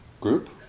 group